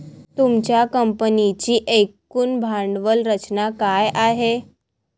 तुमच्या कंपनीची एकूण भांडवल रचना काय आहे?